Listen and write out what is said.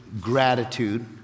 gratitude